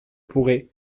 pourrez